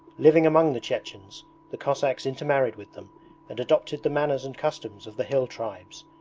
living among the chechens the cossacks intermarried with them and adopted the manners and customs of the hill tribes,